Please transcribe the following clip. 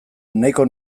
nahiko